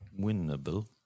winnable